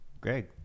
Greg